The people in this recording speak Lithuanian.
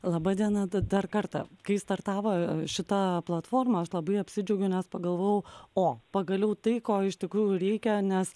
laba diena da dar kartą kai startavo šita platforma aš labai apsidžiaugiau nes pagalvojau o pagaliau tai ko iš tikrųjų reikia nes